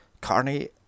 Carney